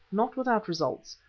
not without results,